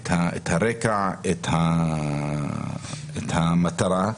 הרקע, את המטרה.